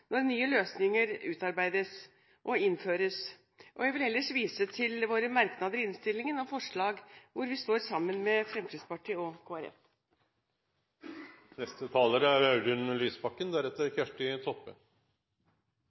når nye løsninger utarbeides og innføres. Jeg vil ellers vise til våre merknader i innstillingen og forslaget hvor vi står sammen med Fremskrittspartiet og Kristelig Folkeparti. Det er